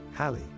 Hallie